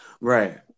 Right